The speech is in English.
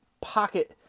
pocket